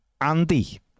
andy